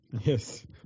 Yes